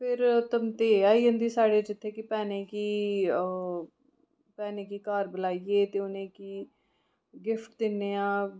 फिर तम्देह् आई जंदा साढ़े च जित्थै भैनें गी भैनें गी घर बुलाइयै उ'नें गी गिफ्ट दिन्नेआं